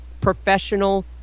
professional